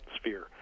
sphere